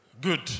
Good